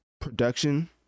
production